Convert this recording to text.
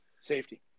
Safety